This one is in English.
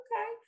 okay